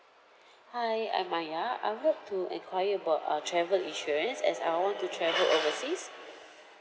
hi I'm maya I would like to inquire about uh travel insurance as I want to travel overseas